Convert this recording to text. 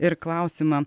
ir klausimą